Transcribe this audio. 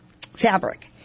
fabric